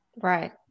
Right